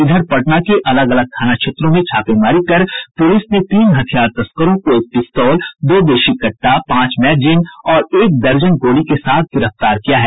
इधर पटना के अलग अलग थाना क्षेत्रों ने छापेमारी कर पुलिस ने तीन हथियार तस्करों को एक पिस्तौल दो देशी कट्टा पांच मैगजीन और एक दर्जन गोली के साथ गिरफ्तार किया है